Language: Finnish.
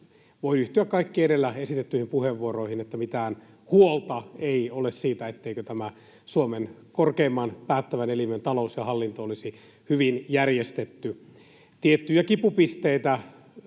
Voin yhtyä kaikkiin edellä esitettyihin puheenvuoroihin siitä, että mitään huolta ei ole siitä, etteikö tämän Suomen korkeimman päättävän elimen talous ja hallinto olisi hyvin järjestetty. Tiettyjä kipupisteitä